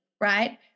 right